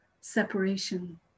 separation